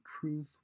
truth